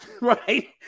Right